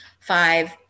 five